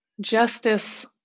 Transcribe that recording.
justice